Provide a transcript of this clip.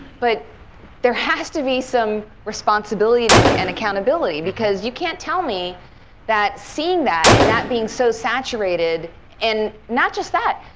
but there has to be some responsibility then like and accountability. because you can't tell me that seeing that and that being so saturated and not just that,